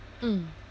mm